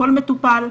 כל מטופל,